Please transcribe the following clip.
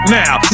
now